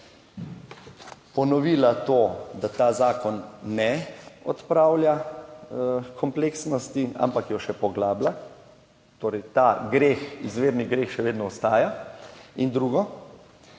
ponovila to, da ta zakon ne odpravlja kompleksnosti, ampak jo še poglablja. Torej ta greh, izvirni greh še vedno ostaja. In drugo,